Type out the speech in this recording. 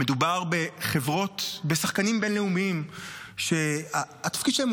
מדובר בשחקנים בין-לאומים שהתפקיד שלהם